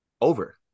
Over